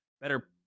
better